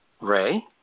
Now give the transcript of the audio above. Ray